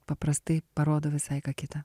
paprastai parodo visai ką kita